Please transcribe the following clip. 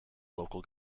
local